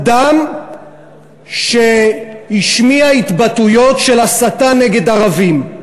אדם שהשמיע התבטאויות של הסתה נגד ערבים,